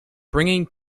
bringing